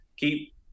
keep